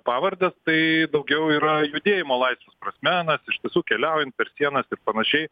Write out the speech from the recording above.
pavardes tai daugiau yra judėjimo laisvės prasme mes iš tiesų keliaujam per sienas ir panašiai